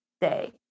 day